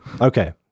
Okay